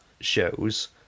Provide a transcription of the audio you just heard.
shows